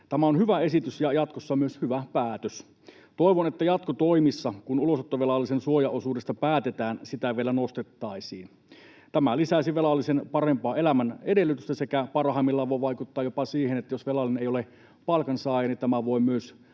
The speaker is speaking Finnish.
Tämä on hyvä esitys ja jatkossa myös hyvä päätös. Toivon, että jatkotoimissa, kun ulosottovelallisen suojaosuudesta päätetään, sitä vielä nostettaisiin. Tämä lisäisi velallisen parempaa elämän edellytystä sekä parhaimmillaan voi vaikuttaa jopa siihen, että jos velallinen ei ole palkansaaja, niin tämä voi myös